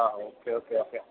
ആ okay okay okay